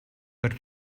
got